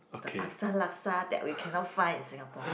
the assam laksa that we cannot find in Singapore